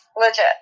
Legit